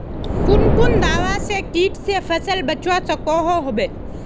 कुन कुन दवा से किट से फसल बचवा सकोहो होबे?